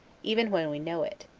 even when we know it.